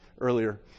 earlier